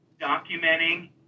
documenting